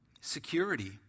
security